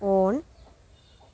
on